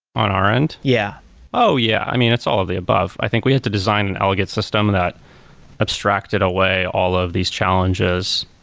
on our end? yeah oh, yeah. i mean, it's all of the above. i think we had to design an elegant system that abstracted away all of these challenges,